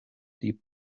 deep